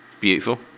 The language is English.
Beautiful